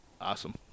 Awesome